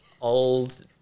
old